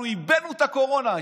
אנחנו ייבאנו את הקורונה.